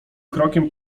krokiem